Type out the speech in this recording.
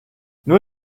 nur